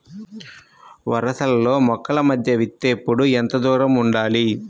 వరసలలో మొక్కల మధ్య విత్తేప్పుడు ఎంతదూరం ఉండాలి?